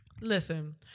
Listen